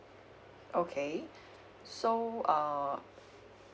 okay so uh